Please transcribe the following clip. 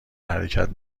حرکت